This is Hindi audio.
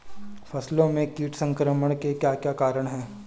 फसलों में कीट संक्रमण के क्या क्या कारण है?